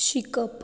शिकप